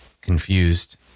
confused